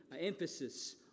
emphasis